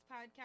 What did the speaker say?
podcast